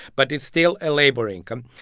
but it's still a labor income.